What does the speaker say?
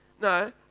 No